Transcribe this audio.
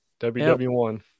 WW1